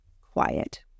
quiet